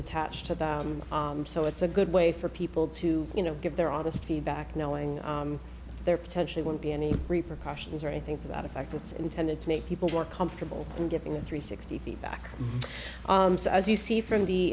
attached to them so it's a good way for people to you know give their honest feedback knowing there potentially won't be any repercussions or anything to that effect it's intended to make people more comfortable and getting a three sixty feedback as you see from the